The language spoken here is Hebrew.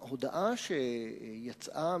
ההודעה שיצאה